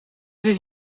dit